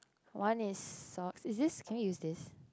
one is socks is this can I use this